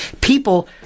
People